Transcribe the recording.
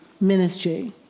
ministry